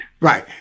Right